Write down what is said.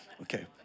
Okay